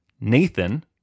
Nathan